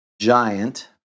giant